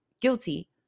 guilty